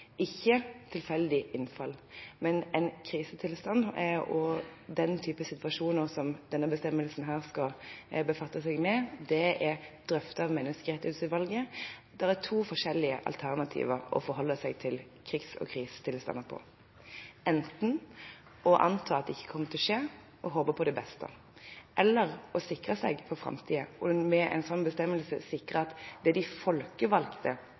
ikke tilfeldige innfall. Men en krisetilstand er også blant den type situasjoner som denne bestemmelsen skal befatte seg med. Det er drøftet i Menneskerettighetsutvalget. Det er to forskjellige alternative måter å forholde seg til krigs- og krisetilstander på – enten å anta at de ikke kommer til å inntreffe og håpe på det beste, eller å sikre seg for framtiden og med en sånn bestemmelse sikre at det er de folkevalgte